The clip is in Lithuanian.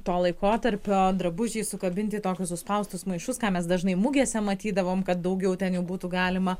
to laikotarpio drabužiai sukabinti į tokius suspaustus maišus ką mes dažnai mugėse matydavom kad daugiau ten jau būtų galima